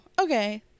okay